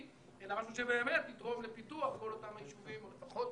אלא שבאמת יתרום לפיתוח כל אותם היישובים או לפחות